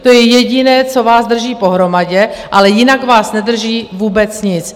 To je jediné, co vás drží pohromadě, ale jinak vás nedrží vůbec nic.